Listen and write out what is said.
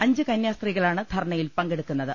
അഞ്ച് കന്യാസ്ത്രീകളാണ് ധർണ്ണയിൽ പങ്കെടുക്കുന്ന ത്